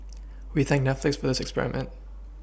we thank Netflix for this experiment